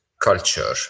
culture